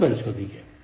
ഇത് പരിശോധിക്കുക